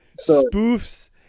spoofs